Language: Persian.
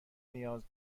نیاز